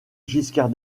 giscard